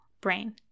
Brain